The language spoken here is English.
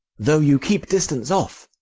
though you keep distance off.